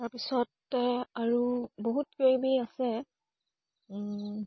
তাৰপিছতে আৰু বহুত কিবা কিবি আছে